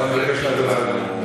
אז לפניות הציבור.